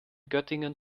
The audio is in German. göttingen